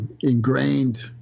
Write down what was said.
ingrained